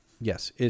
Yes